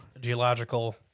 geological